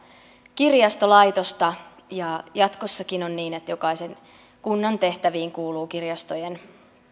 kirjastolaitosta ja jatkossakin on niin että jokaisen kunnan tehtäviin kuuluu kirjastojen